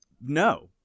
no